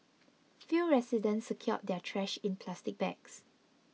few residents secured their trash in plastic bags